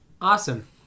awesome